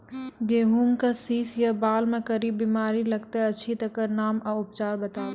गेहूँमक शीश या बाल म कारी बीमारी लागतै अछि तकर नाम आ उपचार बताउ?